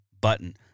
button